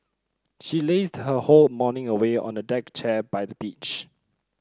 she lazed her whole morning away on a deck chair by the beach